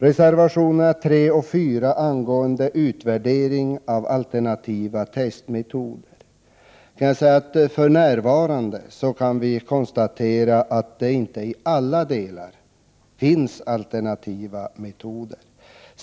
Reservationerna 3 och 4 berör utvärderingen av alternativa testmetoder. Vi kan för närvarande konstatera att det inte i alla delar finns alternativa metoder.